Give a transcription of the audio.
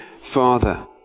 Father